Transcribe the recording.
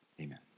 Amen